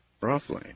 Roughly